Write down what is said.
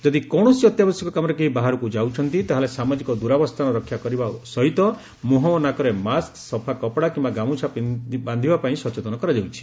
ଯଦି କୌଣସି ଅତ୍ୟାବଶ୍ୟକ କାମରେ କେହି ବାହାରକୁ ଯାଉଛନ୍ତି ତାହେଲେ ସାମାଜିକ ଦୂରାବସ୍ଥାନ ରକ୍ଷା କରିବା ସହିତ ମୁହଁ ଓ ନାକରେ ମାସ୍କ ସଫା କପଡ଼ା କିମ୍ବା ଗାମୁଛା ବାନ୍ଧିବା ପାଇଁ ସଚେତନ କରାଯାଇଛି